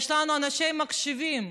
יש לנו אנשי מחשבים,